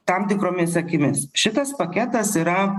tam tikromis akimis šitas paketas yra